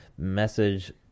message